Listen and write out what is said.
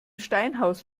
steinhaus